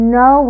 no